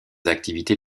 activités